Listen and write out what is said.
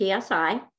PSI